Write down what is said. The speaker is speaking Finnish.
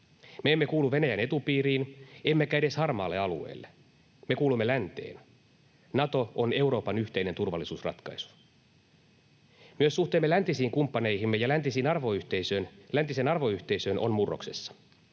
Me emme kuulu Venäjän etupiiriin, emmekä edes harmaalle alueelle, me kuulumme länteen. Nato on Euroopan yhteinen turvallisuusratkaisu. Myös suhteemme läntisiin kumppaneihimme ja läntiseen arvoyhteisöön on murroksessa.